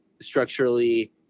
structurally